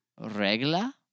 Regla